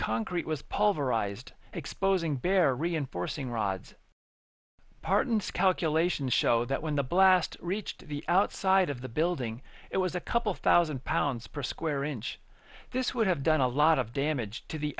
concrete was pulverized exposing bare reinforcing rods parton's calculations show that when the blast reached the outside of the building it was a couple thousand pounds per square inch this would have done a lot of damage to the